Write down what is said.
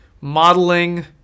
modeling